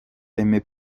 émet